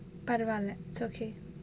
பரவால:paravaala it's okay